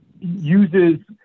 uses